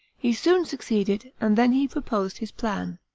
he soon succeeded, and then he proposed his plan.